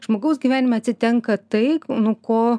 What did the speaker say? žmogaus gyvenime atsitinka tai nu ko